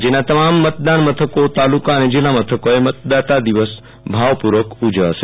રાજયના તમામ મતદાન મથકો તાલુકા અને જીલ્લા મથકોએ મતદાન દિવસ ભાવપુર્વક ઉજવાશે